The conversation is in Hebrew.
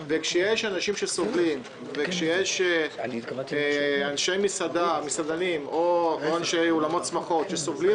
וכשיש אנשים שסובלים וכשיש מסעדנים או בעלי אולמות שמחה שסובלים